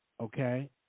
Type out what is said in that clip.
okay